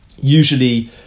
Usually